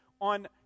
on